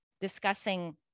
discussing